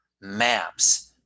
maps